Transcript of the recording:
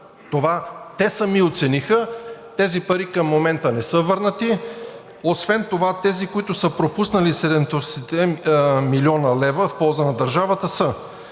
те сами оцениха. Тези пари към момента не са върнати. Освен това тези, които са пропуснали 700-те млн. лв. в полза на държавата, са